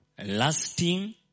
lasting